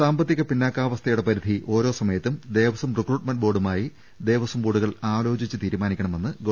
സാമ്പത്തിക പിന്നാക്കാവസ്ഥയുടെ പരിധി ഓരോ സമയത്തും ദേവസ്ഥ റിക്രൂട്ട്മെന്റ് ബോർഡുമായി ദേവസം ബോർഡുകൾ ആലോചിച്ച് തീരുമാനിക്കണമെന്ന് ഗവ